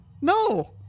No